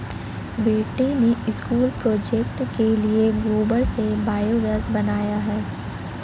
बेटे ने school project के लिए गोबर से बायोगैस बनाया है